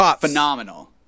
phenomenal